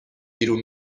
بیرون